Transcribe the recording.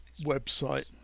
website